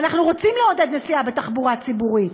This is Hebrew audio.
ואנחנו רוצים לעודד נסיעה בתחבורה ציבורית.